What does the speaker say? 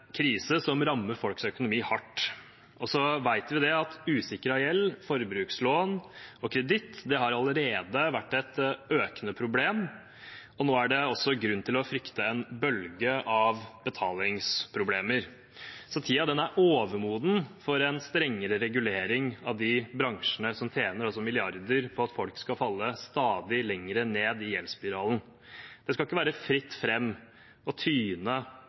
krise som rammer folks økonomi hardt. Vi vet allerede at usikret gjeld, forbrukslån og kreditt har vært et økende problem, og nå er det også grunn til å frykte en bølge av betalingsproblemer. Tiden er overmoden for en strengere regulering av de bransjene som tjener milliarder på at folk skal falle stadig lenger ned i gjeldsspiralen. Det skal ikke være fritt fram å tyne